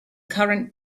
current